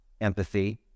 empathy